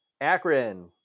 Akron